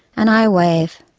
and i wave.